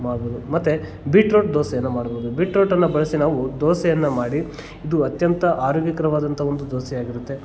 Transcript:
ಮಾಡ್ಬೋದು ಮತ್ತು ಬೀಟ್ರೂಟ್ ದೋಸೆಯನ್ನು ಮಾಡ್ಬೋದು ಬೀಟ್ರೂಟನ್ನು ಬಳಸಿ ನಾವು ದೋಸೆಯನ್ನು ಮಾಡಿ ಇದು ಅತ್ಯಂತ ಆರೋಗ್ಯಕರವಾದಂಥ ಒಂದು ದೋಸೆಯಾಗಿರುತ್ತೆ